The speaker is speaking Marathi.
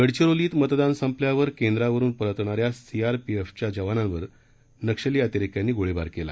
गडचिरोलीत मतदान संपल्यावर केंद्रवरुन परतणा या सीआरपीएफच्या जवानांवर नक्षली अतिरेक्यांनी गोळीबार केला